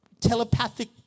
telepathic